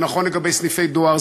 זה נכון לגבי סניפי דואר,